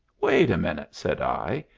wait a minute, said i,